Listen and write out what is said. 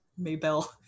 Maybell